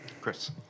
Chris